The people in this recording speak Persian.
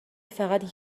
فقط